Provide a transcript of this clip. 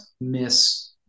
miss